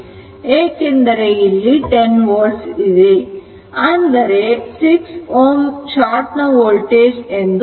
v ∞ ಅಂದರೆ 6 Ω short ನ voltage ಎಂದು ಅರ್ಥ